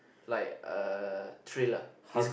like uh Thriller is good